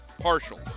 partial